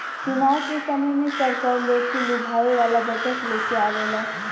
चुनाव के समय में सरकार लोग के लुभावे वाला बजट लेके आवेला